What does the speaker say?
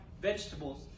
vegetables